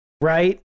right